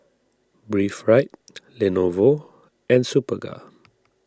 Breathe Right Lenovo and Superga